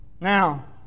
Now